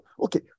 okay